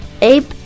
APE